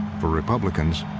for republicans,